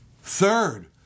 Third